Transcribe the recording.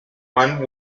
one